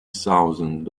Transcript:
thousand